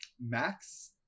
Max